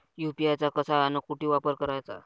UPI चा कसा अन कुटी वापर कराचा?